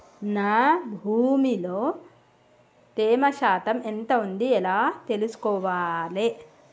నా భూమి లో తేమ శాతం ఎంత ఉంది ఎలా తెలుసుకోవాలే?